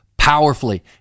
powerfully